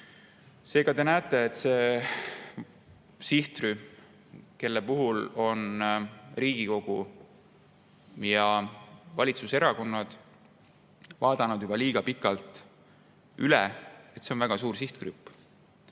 Seega te näete, et see sihtrühm, kellest Riigikogu ja valitsuserakonnad on vaadanud juba liiga pikalt üle, on väga suur sihtgrupp.